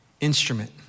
instrument